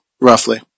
roughly